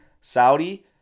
saudi